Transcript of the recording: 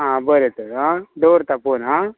आं बरें तर आं दवरता फोन आं